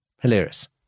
Hilarious